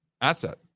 asset